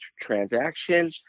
transaction